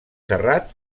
serrat